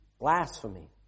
blasphemy